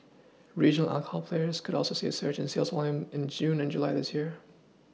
regional alcohol players could also see a surge in sales volumes in June and July this year